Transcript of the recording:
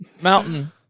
mountain